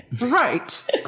Right